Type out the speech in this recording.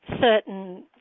certain